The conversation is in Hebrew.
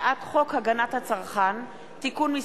הצעת חוק הגבלת שימוש במקום לשם מניעת ביצוע עבירות (תיקון,